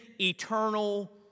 eternal